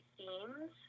themes